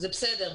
זה בסדר.